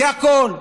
זה הכול,